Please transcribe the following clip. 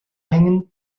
hängend